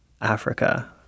Africa